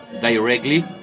directly